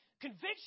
conviction